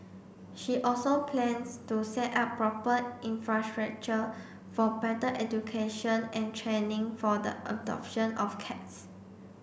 she also plans to set up proper infrastructure for better education and training for the adoption of cats